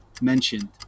mentioned